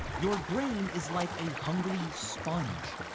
your brain is like a hungry sponge.